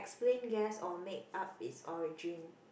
explain guess or make up it's origin